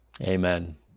Amen